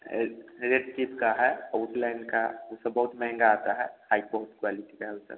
एक Red Chief का है वुडलैंड का ऊ सब बहुत महंगा आता है हाई बहुत क्वॉलिटी का है ऊ सब